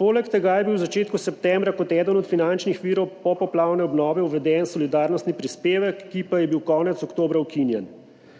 Poleg tega je bil v začetku septembra kot eden od finančnih virov popoplavne obnove uveden solidarnostni prispevek, ki pa je bil konec oktobra ukinjen.